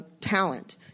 talent